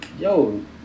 yo